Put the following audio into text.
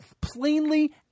plainly